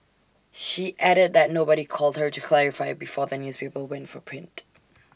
she added that nobody called her to clarify before the newspaper went for print